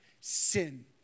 sin